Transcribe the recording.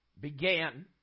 Began